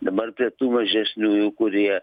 dabar prie tų mažesniųjų kurie